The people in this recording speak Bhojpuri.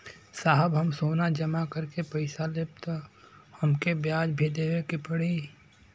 साहब हम सोना जमा करके पैसा लेब त हमके ब्याज भी देवे के पड़ी?